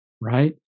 Right